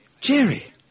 Jerry